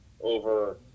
over